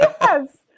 Yes